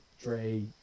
Dre